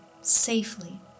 safely